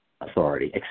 authority